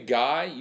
guy